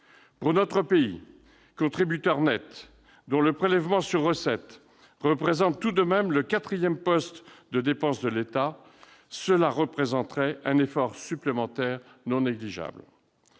Pour notre pays, contributeur net dont le prélèvement sur recettes représente tout de même le quatrième poste de dépenses de l'État, cela constituerait un effort supplémentaire non négligeable.